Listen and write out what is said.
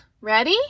Ready